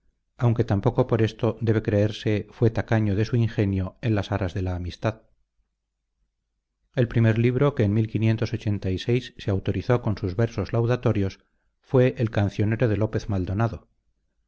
aunque tampoco por esto debe creerse fue tacaño de su ingenio en las aras de la amistad el primer libro que en se autorizó con sus versos laudatorios fue el cancionero de lópez maldonado